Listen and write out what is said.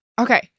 Okay